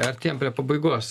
artėjam prie pabaigos